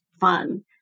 fun